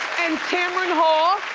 and tamron hall,